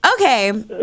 Okay